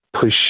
push